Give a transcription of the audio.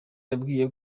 yambwiye